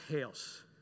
house